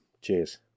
Cheers